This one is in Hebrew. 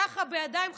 ככה, בידיים חשופות,